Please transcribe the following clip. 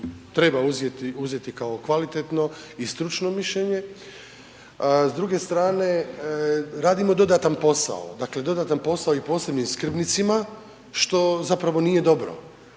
treba uzeti kao kvalitetno i stručno mišljenje. S druge strane, radimo dodatan posao, dakle dodatan posao i posebnim skrbnicima što zapravo nije dobro